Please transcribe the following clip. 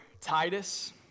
Titus